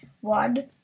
One